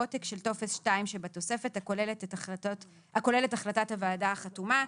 עותק של טופס 2 שבתוספת הכולל את החלטת הוועדה החתומה".